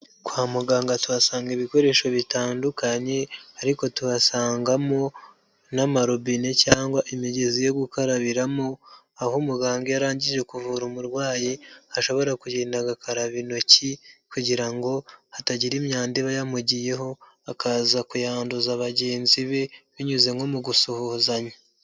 Kwa muganga tuhasanga ibikoresho bitandukanye, ariko tuhasangamo n'amarobine cyangwa imigezi yo gukarabiramo aho umuganga iyo arangije kuvura umurwayi ashobora kugenda agakaraba intoki kugira ngo hatagira imyanda iba yamugiyeho akaza kuyanduza bagenzi be binyuze nko mu gusuhuzanya.